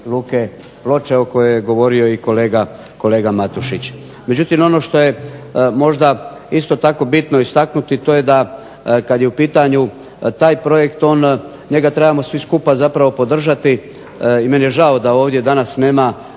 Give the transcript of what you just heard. Luke Ploče o kojoj je govorio i kolega Matušić. Međutim ono što je možda isto tako bitno istaknuti to je da kada je u pitanju taj projekt, njega svi skupa trebamo podržati. I meni je žao što ovdje danas nema